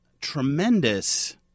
tremendous